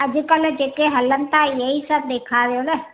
अॼुकल्ह जेके हलनि था इहे ई सभु ॾेखारियो न